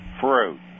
Fruit